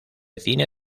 cine